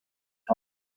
tops